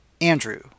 Andrew